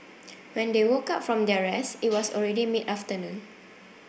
when they woke up from their rest it was already mid afternoon